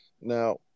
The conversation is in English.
Now